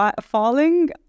Falling